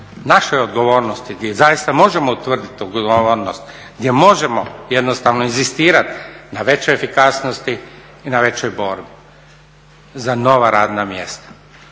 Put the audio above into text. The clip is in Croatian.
našoj odgovornosti gdje zaista možemo utvrdit odgovornost, gdje možemo jednostavno inzistirat na većoj efikasnosti i na većoj borbi za nova radna mjesta.